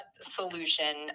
solution